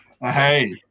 Hey